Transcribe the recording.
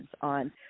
on